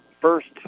First